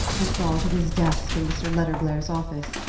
and thought of his desk in mr. letterblair's office,